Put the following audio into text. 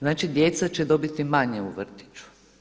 Znači, djeca će dobiti manje u vrtiću.